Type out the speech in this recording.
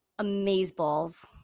Amazeballs